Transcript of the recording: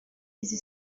izi